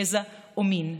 גזע או מין.